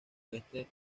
oeste